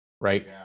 right